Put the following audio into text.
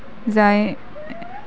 যাই